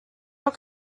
your